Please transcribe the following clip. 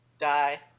die